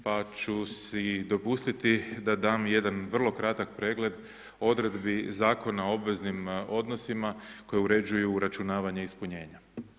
Pa ću si dopustiti da dam jedan vrlo kratak pregled odredbi Zakona o obveznim odnosima koje uređuju uračunavanje ispunjenja.